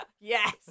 yes